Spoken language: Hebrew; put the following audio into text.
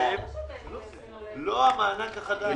ארז,